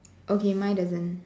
okay my doesn't